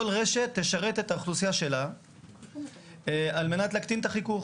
כל רשת תשרת את האוכלוסייה שלה על מנת להקטין את החיכוך.